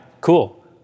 Cool